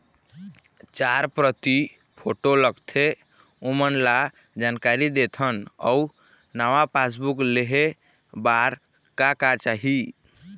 चार प्रति फोटो लगथे ओमन ला जानकारी देथन अऊ नावा पासबुक लेहे बार का का चाही?